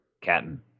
Captain